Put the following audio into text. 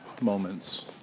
moments